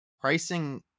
pricing